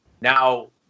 Now